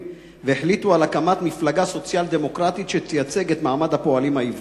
והחליטו על הקמת מפלגה סוציאל-דמוקרטית שתייצג את מעמד הפועלים העברי.